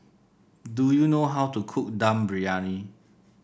do you know how to cook Dum Briyani